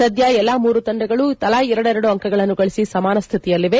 ಸದ್ದ ಎಲ್ಲ ಮೂರು ತಂಡಗಳು ತಲಾ ಎರೆಡೆರಡು ಅಂಕಗಳನ್ನು ಗಳಿಸಿ ಸಮಾನ ಶ್ವಿತಿಯಲ್ಲಿವೆ